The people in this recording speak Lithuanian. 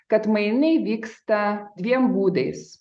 kad mainai vyksta dviem būdais